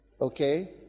Okay